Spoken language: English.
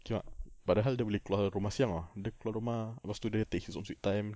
came out padahal dia boleh keluar siang ah dia keluar rumah lepas tu dia take his own sweet time